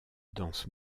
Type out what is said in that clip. danse